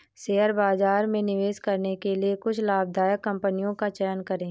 share बाजार में निवेश करने के लिए कुछ लाभदायक कंपनियों का चयन करें